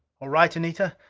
all right, anita?